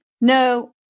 No